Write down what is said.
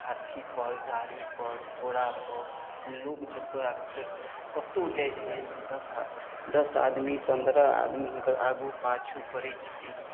हाथीपर गाड़ीपर घोड़ापर लोक जेतै एक्सस कतहु जाइ छलाह एहिमे दस दस आदमी पन्द्रह आदमी हुनकर आगू पाछू करै छलै